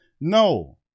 no